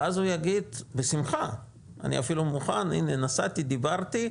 ואז הוא יגיד: בשמחה, אני מוכן, נסעתי, דיברתי,